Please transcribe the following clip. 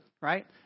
right